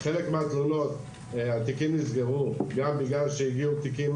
חלק מהתיקים נסגרו גם בגלל שהגיעו תיקים